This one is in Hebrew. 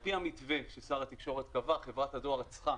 על פי המתווה ששר התקשורת קבע, חברת הדואר צריכה